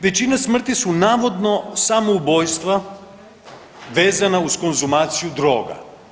Većina smrti su navodno samoubojstva vezana uz konzumacija droga.